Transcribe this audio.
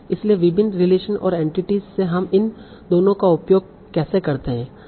इसलिए विभिन्न रिलेशन और एंटिटीस से हम इन दोनों का उपयोग कैसे करते हैं